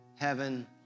heaven